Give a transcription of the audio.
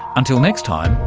until next time,